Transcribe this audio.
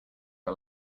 are